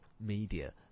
media